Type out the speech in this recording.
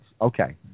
Okay